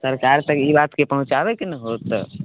सरकार तक ई बात पहुँचाबयके ने होत तऽ